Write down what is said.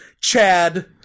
chad